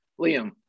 Liam